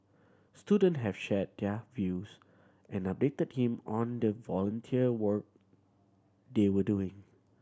student have shared their views and updated him on the volunteer work they were doing